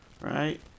Right